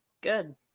Good